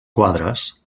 quadres